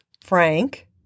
Frank